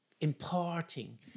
imparting